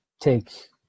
take